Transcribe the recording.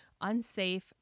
unsafe